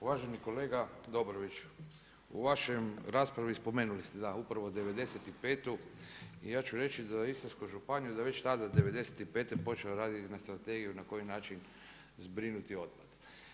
Uvaženi kolega Dobroviću, u vašoj raspravi spomenuta upravo '95. i ja ću reći za Istarsku županiju da već tada '95. počeo raditi na strategiji na koji način zbrinuti otpad.